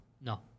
no